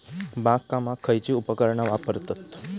बागकामाक खयची उपकरणा वापरतत?